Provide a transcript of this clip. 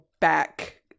back